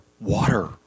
water